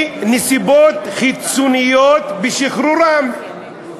כי, נסיבות חיצוניות בשחרורם.